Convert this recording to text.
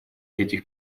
этих